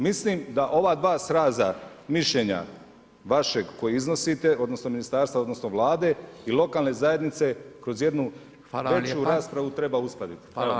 Mislim da ova dva sraza mišljenja vašeg koji iznosite odnosno ministarstva odnosno Vlade i lokalne zajednice kroz jednu veću raspravu treba uskladiti.